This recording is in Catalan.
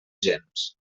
gens